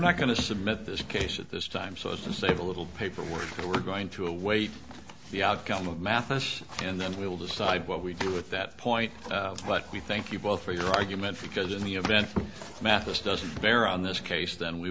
not going to submit this case at this time so as to save a little paperwork but we're going to await the outcome of math us and then we will decide what we do with that point but we thank you both for your argument because in the event matters doesn't bear on this case then we